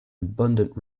abundant